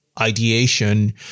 ideation